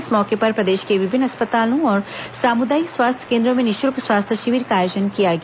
इस मौके पर प्रदेश के विभिन्न अस्पतालों और सामुदायिक स्वास्थ्य कोन्द्रों में निशुल्क स्वास्थ्य शिविर का आयोजन किया गया